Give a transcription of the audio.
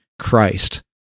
Christ